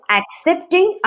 accepting